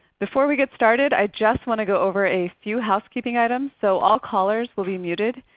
before we get started, i just want to go over a few housekeeping items. so all callers will be muted.